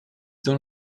dans